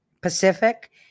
Pacific